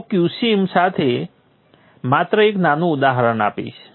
હું qsim સાથે માત્ર એક નાનું ઉદાહરણ આપીશ